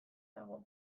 dago